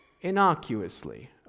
innocuously